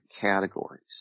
categories